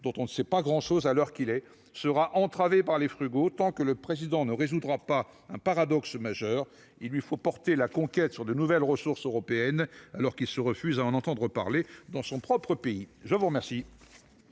dont on ne sait pas grand-chose à l'heure qu'il est, sera elle aussi entravée par les frugaux tant que le Président ne résoudra pas un paradoxe majeur : il lui faut porter la conquête sur de nouvelles ressources européennes, alors même qu'il se refuse à entendre parler de nouvelles recettes